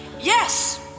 Yes